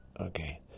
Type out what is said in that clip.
Okay